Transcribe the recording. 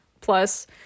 plus